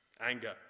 anger